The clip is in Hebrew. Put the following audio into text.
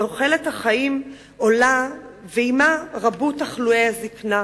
תוחלת החיים עולה ועמה רבו תחלואי הזיקנה.